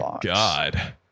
God